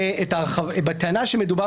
לגבי חלק מההבדל